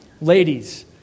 Ladies